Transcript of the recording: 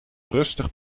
rustig